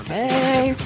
Hey